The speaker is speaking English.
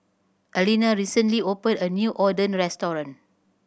Alina recently open a new Oden restaurant